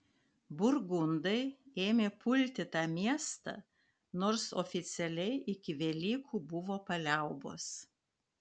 burgundai ėmė pulti tą miestą nors oficialiai iki velykų buvo paliaubos